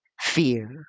fear